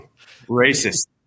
Racist